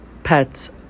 pets